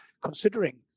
considering